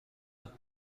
temps